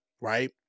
right